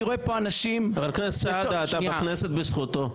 חבר הכנסת סעדה, אתה בכנסת בזכותו.